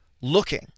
looking